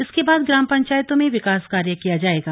इसके बाद ग्राम पंचायतों में विकास कार्य किया जाएगा